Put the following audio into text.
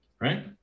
right